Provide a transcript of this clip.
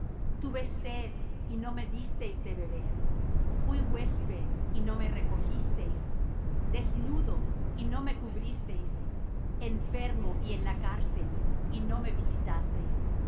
tuve sed y no me disteis de beber fuí huésped y no me recogisteis desnudo y no me cubristeis enfermo y en la cárcel y no me visitasteis